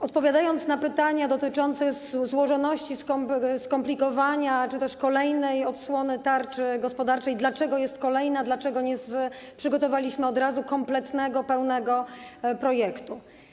Odpowiem na pytania dotyczące złożoności, skomplikowania czy też kolejnej odsłony tarczy gospodarczej, dlaczego jest kolejna, dlaczego nie przygotowaliśmy od razu kompletnego, pełnego projektu.